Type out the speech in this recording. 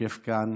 יושב כאן